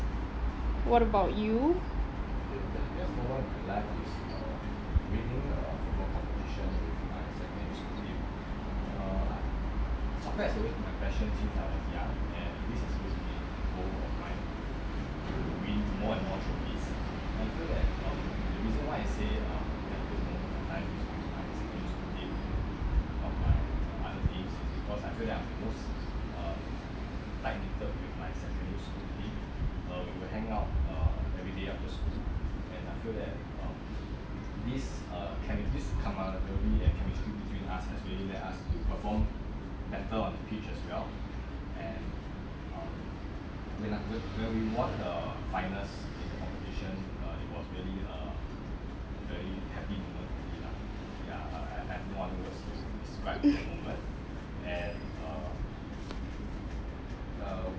what about you